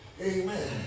Amen